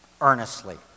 earnestly